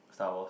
Star Wars